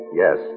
yes